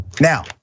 Now